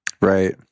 Right